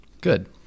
Good